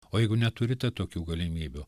o jeigu neturite tokių galimybių